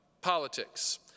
politics